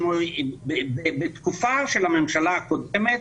בתקופה של הממשלה הקודמת